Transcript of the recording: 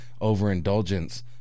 overindulgence